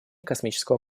космического